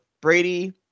Brady